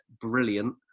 brilliant